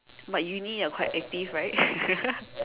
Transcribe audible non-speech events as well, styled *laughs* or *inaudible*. but uni you're quite active right *laughs*